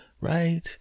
right